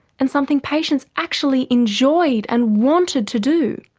and something patients actually enjoyed and wanted to do?